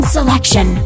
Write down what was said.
Selection